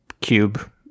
cube